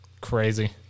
crazy